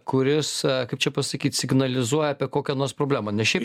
kuris kaip čia pasakyt signalizuoja apie kokią nors problemą nes šiaip